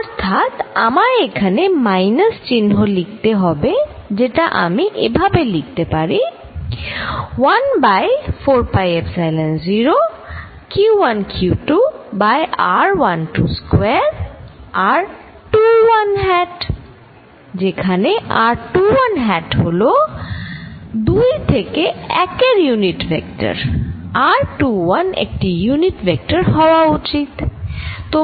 অর্থাৎ আমায় এখানে মাইনাস চিহ্ন লিখতে হবে যেটা আমি এভাবে লিখতে পারি 1 by 4 pi epsilon 0 q1q2 by r12 square r21 hat যেখানে r21হ্যাট হল 2 থেকে 1 এর ইউনিট ভেক্টর r21 একটি ইউনিট ভেক্টর হওয়া উচিত